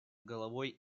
головой